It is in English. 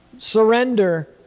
Surrender